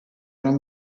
non